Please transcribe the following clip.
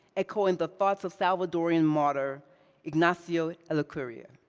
echoing the thoughts of salvadoran martyr ignacio ellacuria.